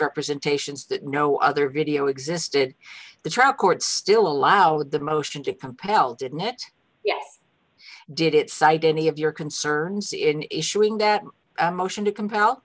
representations that no other video existed the trial court still allowed the motion to compel didn't it yes did it cite any of your concerns in issuing that motion to comp